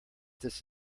this